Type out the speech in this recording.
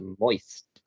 Moist